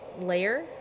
layer